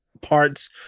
parts